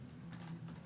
בבקשה.